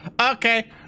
okay